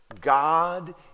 God